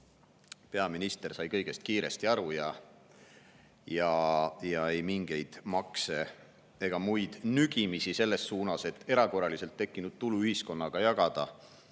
peaminister sai kõigest kiiresti aru ja mingeid makse ega muid nügimisi selles suunas, et erakorraliselt tekkinud tulu ühiskonnaga jagada,